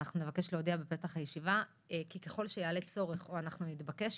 אנחנו נבקש להודיע בפתח הישיבה כי ככל שיעלה צורך או אנחנו נתבקש,